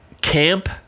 Camp